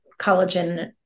collagen